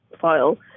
file